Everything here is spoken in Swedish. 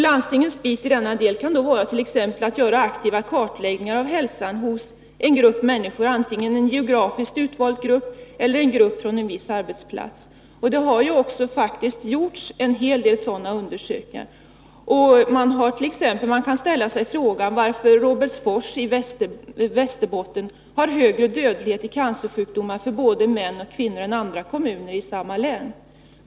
Landstingens bit i denna del kan t.ex. vara att göra kartläggningar av hälsan hos en grupp människor, antingen en geografiskt utformad grupp eller en grupp från en viss arbetsplats. Det har faktiskt gjorts en hel del sådana undersökningar. Man kan t.ex. ställa sig frågan varför Robertsfors i Västerbotten har högre dödlighet i cancersjukdomar bland både män och kvinnor än andra kommuner i samma län.